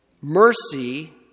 mercy